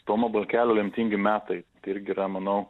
tomo balkelio lemtingi metai tai irgi yra manau